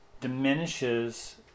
diminishes